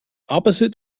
opposite